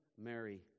Mary